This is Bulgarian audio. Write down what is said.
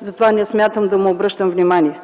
Затова не смятам да му обръщам внимание.